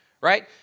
right